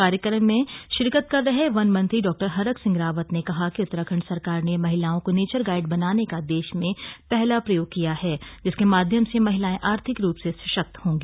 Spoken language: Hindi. कार्यक्रम में शिरकत कर रहे वनमंत्री डॉ हरकसिंह रावत ने कहा कि उत्तराखण्ड सरकार ने महिलाओं को नेचर गाइड बनाने का देश में पहला प्रयोग किया है जिसके माध्यम से महिलाएं आर्थिक रूप से सशक्त होगी